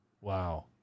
Wow